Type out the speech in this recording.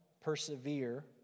persevere